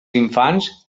infants